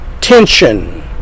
tension